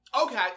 okay